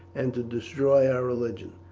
and to destroy our religion.